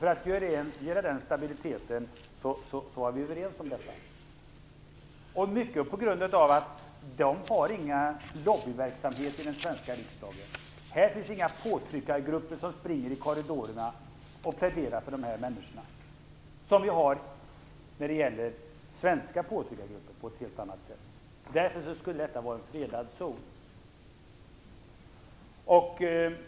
För att ge den stabiliteten var vi överens om detta, mycket på grund av att dessa människor inte har någon lobbyverksamhet i den svenska riksdagen. Här finns inga påtryckargrupper som springer i korridorerna och pläderar för de här människorna, som svenska påtryckargrupper gör på ett helt annat sätt. Därför skulle detta vara en fredad zon.